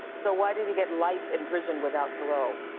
so why did he get life in prison without parole?